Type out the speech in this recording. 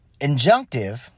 Injunctive